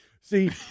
See